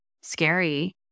scary